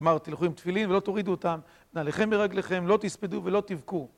כלומר, תלכו עם תפילין ולא תורידו אותם. נעלכם מרגלכם, לא תספדו ולא תבכו.